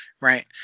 Right